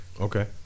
Okay